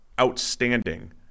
outstanding